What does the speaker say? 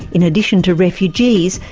in addition to refugees,